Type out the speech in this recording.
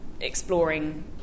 exploring